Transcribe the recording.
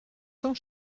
sans